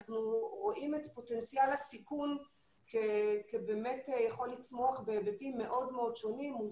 אנחנו רואים את פוטנציאל הסיכון כיכול לצמוח בהיבטים מאוד-מאוד שונים,